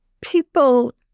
People